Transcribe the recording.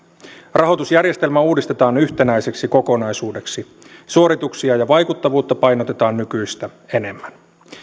rahoitusjärjestelmä uudistetaan yhtenäiseksi kokonaisuudeksi suorituksia ja vaikuttavuutta painotetaan nykyistä enemmän